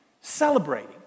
celebrating